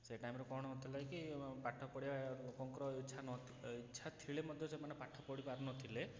ସେ ଟାଇମ୍ ରେ କଣ ହେଉଥିଲା କି ପାଠ ପଢ଼ିବା ଲୋକଙ୍କର ଇଚ୍ଛା ନ ଇଚ୍ଛା ଥିଲେ ମଧ୍ୟ ସେମାନେ ପାଠ ପଢ଼ି ପାରୁନଥିଲେ